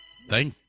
Thank